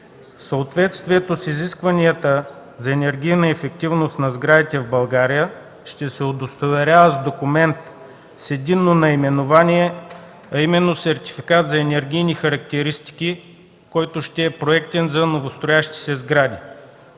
Съответствието с изискванията за енергийна ефективност на сградите в България ще се удостоверява с документ с единно наименование, а именно сертификат за енергийни характеристики, който ще е проектен за новостроящи се сгради.